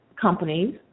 companies